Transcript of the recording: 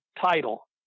title